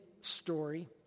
story